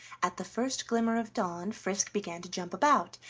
at the first glimmer of dawn frisk began to jump about,